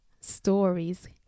stories